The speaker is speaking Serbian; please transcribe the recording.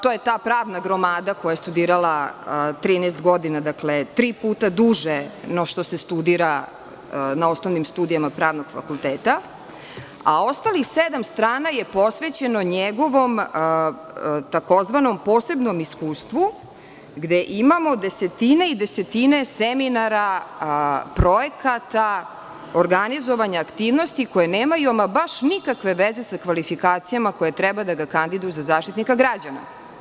To je ta pravna gromada koja je studirala 13 godina, dakle tri puta duže no što se studira na osnovnim studijama pravnih fakulteta, a ostalih sedam strana je posvećeno njegovom tzv. posebnom iskustvu, gde imamo desetine i desetine seminara, projekata, organizovanja aktivnosti koje nemaju ama baš nikakve veze sa kvalifikacijama koje treba da ga kandiduju za Zaštitnika građana.